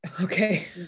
okay